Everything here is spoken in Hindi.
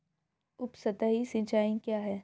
उपसतही सिंचाई क्या है?